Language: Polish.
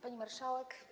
Pani Marszałek!